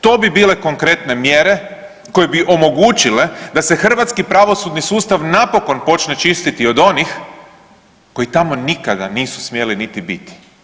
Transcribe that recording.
To bi bile konkretne mjere koje bi omogućile da se hrvatski pravosudni sustav napokon počne čistiti od onih koji tamo nikada nisu smjeli niti biti.